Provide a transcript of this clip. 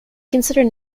considered